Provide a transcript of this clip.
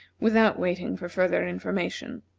without waiting for further information.